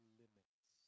limits